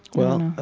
well,